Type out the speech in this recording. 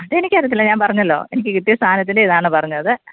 അതെനിക്കറിയത്തില്ല ഞാൻ പറഞ്ഞല്ലോ എനിക്ക് കിട്ടിയ സാധനത്തിൻ്റെ ഇതാണ് പറഞ്ഞത്